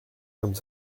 comme